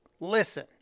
Listen